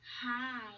Hi